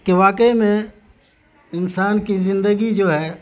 کہ واقعی میں انسان کی زندگی جو ہے